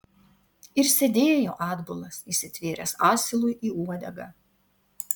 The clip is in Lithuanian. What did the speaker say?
ir sėdėjo atbulas įsitvėręs asilui į uodegą